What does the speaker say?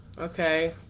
Okay